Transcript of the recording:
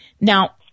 Now